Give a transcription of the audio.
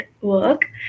work